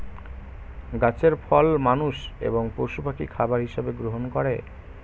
গাছের ফল মানুষ এবং পশু পাখি খাবার হিসাবে গ্রহণ করে